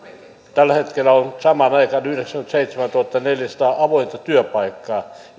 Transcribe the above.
tällä hetkellä on samaan aikaan yhdeksänkymmentäseitsemäntuhattaneljäsataa avointa työpaikkaa